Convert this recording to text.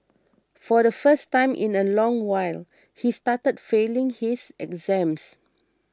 for the first time in a long while he started failing his exams